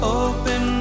open